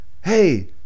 Hey